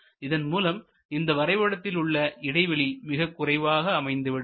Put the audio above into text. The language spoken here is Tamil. இதன்மூலம் இந்த வரைபடத்தில் உள்ள இடைவெளி மிகக்குறைவாக அமைந்துவிடும்